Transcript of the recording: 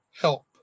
Help